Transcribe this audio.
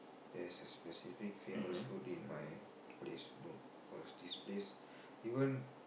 there's a specific famous food in my place no cause this place even